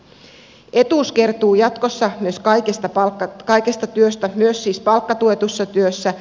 etuus kertyy jatkossa myös kaikesta työstä myös siis palkkatuetussa työssä